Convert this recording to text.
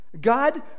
God